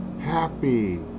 happy